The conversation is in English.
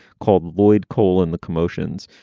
called lloyd cole in the commotions,